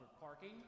parking